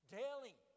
daily